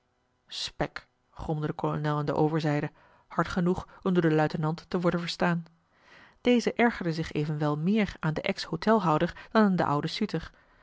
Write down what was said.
spek gromde de kolonel aan de overzijde hard genoeg om door den luitenant te worden verstaan deze ergerde zich evenwel meer aan den ex hotelhouder dan aan den ouden suter